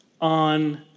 on